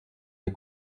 les